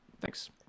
Thanks